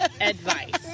advice